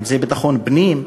אם זה ביטחון פנים,